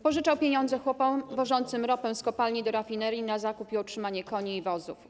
Pożyczał pieniądze chłopom wożącym ropę z kopalni do rafinerii na zakup i utrzymanie koni i wozów.